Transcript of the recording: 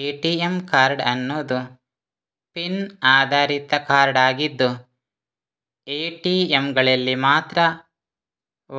ATM card ಅನ್ನುದು PIN ಆಧಾರಿತ card ಆಗಿದ್ದು ಎ.ಟಿ.ಎಂಗಳಲ್ಲಿ ಮಾತ್ರ